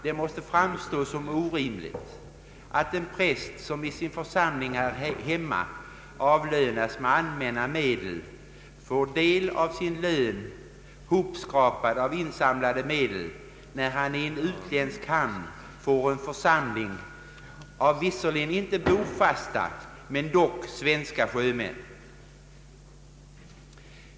Det måste framstå som orimligt att en präst i sin församling här hemma avlönas med allmänna medel men får del av sin lön hopskrapad av insamlade medel, när han i en utländsk hamn ansvarar för en församling av visserligen inte bofasta men dock svenska sjömän.